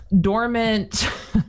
Dormant